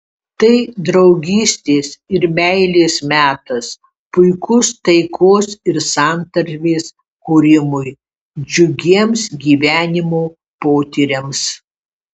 tai draugystės ir meilės metas puikus taikos ir santarvės kūrimui džiugiems gyvenimo potyriams